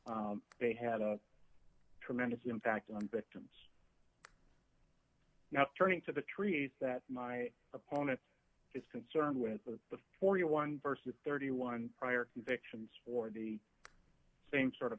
they had a tremendous impact on victims not turning to the trees that my opponent is concerned with the forty one versus thirty one prior convictions for the same sort of